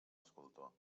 escultor